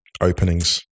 openings